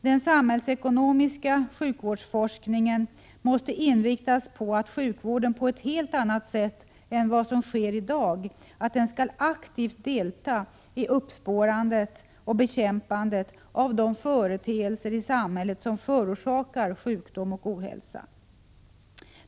Den samhällsekonomiska sjukvårdsforskningen måste inriktas på att sjukvården, på ett helt annat sätt än vad som sker i dag, skall aktivt delta i uppspårandet och bekämpandet av de företeelser i samhället som förorsakar sjukdom och ohälsa.